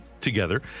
together